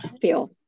feel